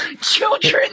children